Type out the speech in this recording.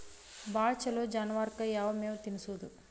ಭಾಳ ಛಲೋ ಜಾನುವಾರಕ್ ಯಾವ್ ಮೇವ್ ತಿನ್ನಸೋದು?